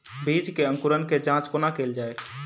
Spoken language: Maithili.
बीज केँ अंकुरण केँ जाँच कोना केल जाइ?